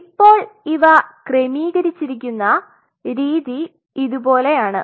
ഇപ്പോൾ ഇവ ക്രമീകരിച്ചിരിക്കുന്ന രീതി ഇതുപോലെയാണ്